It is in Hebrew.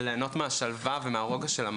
ולהנות מהשלווה ומהרוגע של המקום.